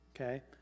okay